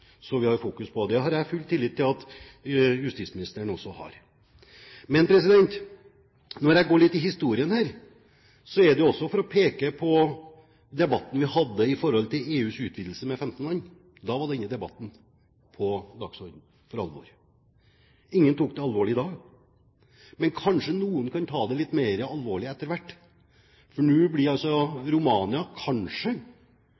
så vi har fokus på det. Og det har jeg full tillit til at justisministeren også har. Men når jeg går litt inn i historien her, er det også for å peke på debatten vi hadde om EUs utvidelse med 15 land. Da var denne debatten på dagsordenen for alvor. Ingen tok det alvorlig da, men kanskje noen kan ta det litt mer alvorlig etter hvert. Nå blir